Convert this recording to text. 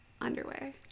underwear